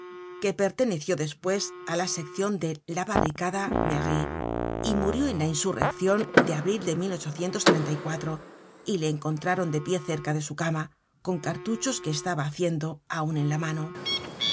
que perteneció despues á la seccion de la barricada merry y murió en la insurrección de abril de y le encontraron de pie cerca de su cama con cartuchos que estaba haciendo aun en la mano